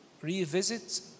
revisit